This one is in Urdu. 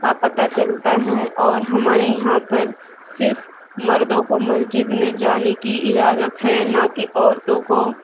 پتہ چلتا ہے اور ہمارے یہاں پر صرف مردوں کو مسجد میں جانے کی اجازت ہے نہ کہ عورتوں کو